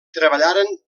treballaren